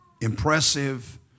impressive